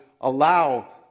allow